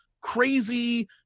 crazy